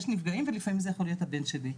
נפגעים ולפעמים זה יכול להיות הבן שלי.